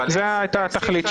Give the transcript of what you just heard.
זו הייתה התכלית שלו.